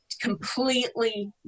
completely